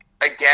again